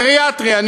גריאטריה,